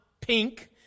pink